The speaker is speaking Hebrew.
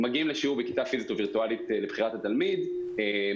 מגיעים לשיעור בכיתה פיזית או וירטואלית לפי בחירת התלמיד ולומדים